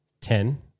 ten